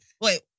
Wait